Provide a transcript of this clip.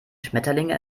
schmetterlinge